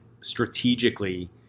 strategically